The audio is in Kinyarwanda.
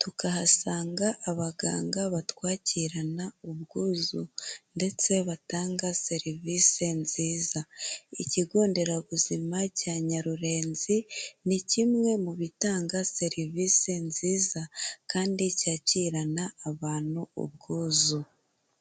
tukahasanga abaganga batwakirana ubwuzu ndetse batanga serivise nziza. Ikigo nderabuzima cya Nyarurenzi ni kimwe mu bitanga serivisi nziza kandi cyakirana abantu ubwuzu.